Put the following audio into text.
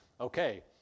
okay